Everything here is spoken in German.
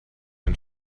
ein